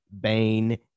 Bane